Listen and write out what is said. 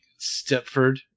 stepford